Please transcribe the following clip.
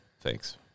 Thanks